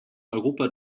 europa